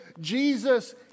Jesus